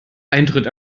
eintritt